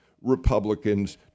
Republicans